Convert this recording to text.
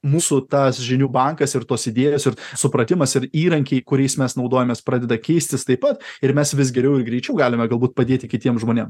mūsų tas žinių bankas ir tos idėjos ir supratimas ir įrankiai kuriais mes naudojamės pradeda keistis taip pat ir mes vis geriau ir greičiau galime galbūt padėti kitiem žmonėm